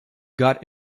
got